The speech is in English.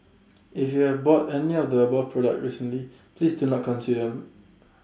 if you have bought any of the above products recently please do not consume them